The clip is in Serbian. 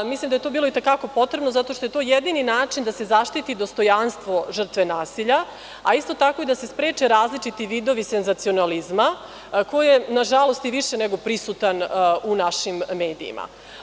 Mislim da je to bilo i te kako potrebno zato što je to jedini način da se zaštiti dostojanstvo žrtve nasilja, a isto tako i da se spreče različiti vidovi senzacionalizma koji na žalost i više nego prisutan u našim medijima.